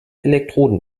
elektroden